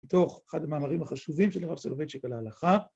‫בתוך אחד המאמרים החשובים ‫של לימור סולוביצ'יק על ההלכה.